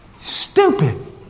stupid